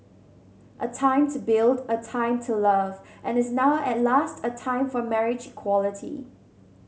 a time to build a time to love and is now at last a time for marriage equality